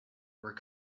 were